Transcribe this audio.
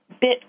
bit